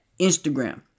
Instagram